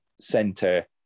center